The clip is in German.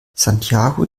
santiago